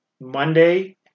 Monday